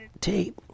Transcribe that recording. tape